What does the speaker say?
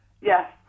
Yes